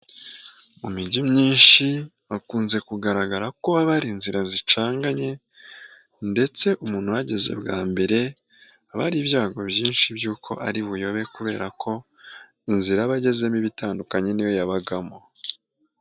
Mu mijyi myinshi hakunze kugaragara ko haba hari inzira zicanganye ndetse umuntu uhageze bwa mbere haba hari ibyago byinshi by'uko ari buyobe kubera ko inzira abagezemo ibatandukanye n'iyo yabagamo.